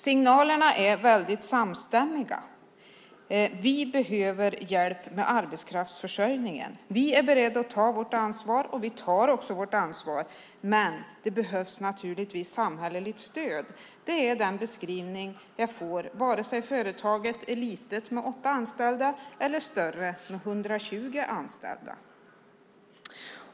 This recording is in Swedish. Signalerna är samstämmiga: Vi behöver hjälp med arbetskraftsförsörjningen. Vi är beredda att ta vårt ansvar, och vi tar också vårt ansvar. Men det behövs naturligtvis samhälleligt stöd. Det är den beskrivning jag får vare sig det är ett litet företag med åtta anställda eller det är ett större företag med 120 anställda.